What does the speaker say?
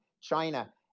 china